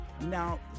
now